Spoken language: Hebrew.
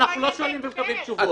--- אנחנו לא שואלים ומקבלים תשובות